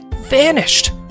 vanished